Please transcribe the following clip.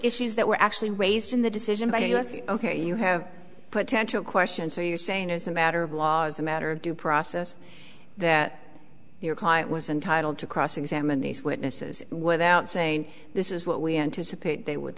issues that were actually raised in the decision by us ok you have potential questions are you saying as a matter of law as a matter of due process that your client was entitled to cross examine these witnesses without saying this is what we anticipate they would